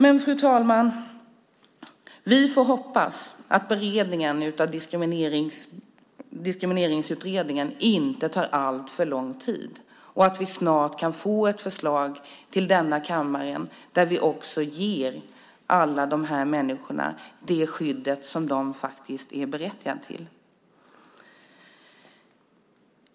Vi får dock hoppas, fru talman, att beredningen av Diskrimineringsutredningen inte tar alltför lång tid och att vi snart kan få ett förslag till denna kammare som ger alla dessa människor det skydd de faktiskt är berättigade till.